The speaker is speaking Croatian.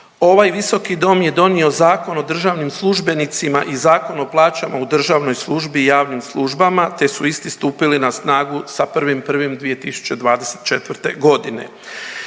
Ovaj Visoki dom je donio Zakon o državnim službenicima i Zakon o plaćama u državnoj službi i javnim službama, te su isti stupili na snagu sa 1.1.2024. godine.